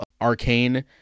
Arcane